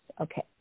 Okay